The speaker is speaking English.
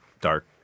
dark